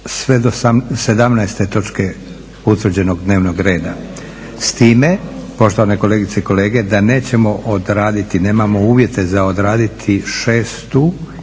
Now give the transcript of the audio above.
sve do 17. točke utvrđenog dnevnog reda, s time poštovane kolegice i kolege da nećemo odraditi, nemamo uvjete za odraditi 6.